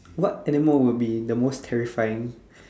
what animal will be the most terrifying